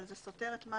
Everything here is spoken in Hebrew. אבל זה סותר את מה